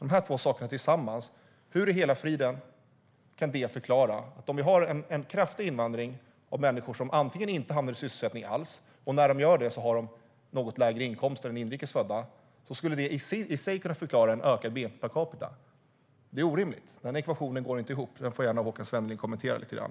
Hur i hela friden skulle då de här två sakerna tillsammans - att vi har en kraftig invandring och att människor som invandrar antingen inte hamnar i sysselsättning alls eller har något lägre inkomster än inrikesfödda - kunna förklara en ökad bnp per capita? Det är orimligt. Den ekvationen går inte ihop. Detta får gärna Håkan Svenneling kommentera lite grann.